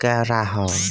ক্যরা হ্যয়